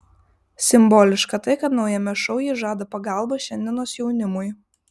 simboliška tai kad naujame šou ji žada pagalbą šiandienos jaunimui